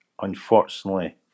unfortunately